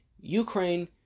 Ukraine